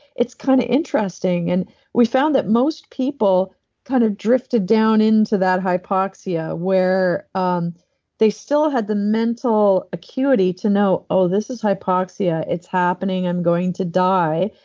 it's kind of interesting. and we found that most people kind of drifted down into that hypoxia, where um they still had the mental acuity to know, oh, this is hypoxia. it's happening. i'm going to die.